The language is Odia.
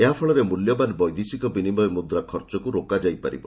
ଏହାଫଳରେ ମୃଲ୍ୟବାନ ବୈଦେଶିକ ବିନିମୟ ମୃଦ୍ରା ଖର୍ଚ୍ଚକୁ ରୋକାଯାଇପାରିବ